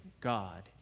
God